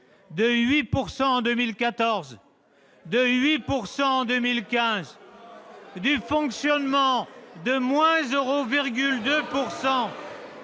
de 8 % en 2014, de 8 % en 2015, du fonctionnement de 0,2